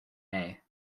may